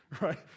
right